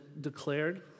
declared